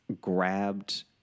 grabbed